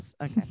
okay